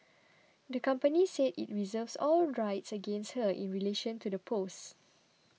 the company said it reserves all rights against her in relation to the post